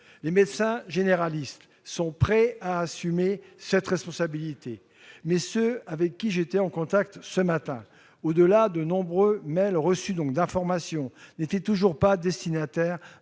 Les médecins généralistes sont prêts à assumer cette responsabilité. Néanmoins, ceux avec lesquels j'étais en contact ce matin, au-delà des nombreux mails d'information qu'ils ont reçus, n'étaient toujours pas destinataires